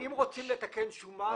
אם רוצים לתקן שומה,